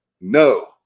no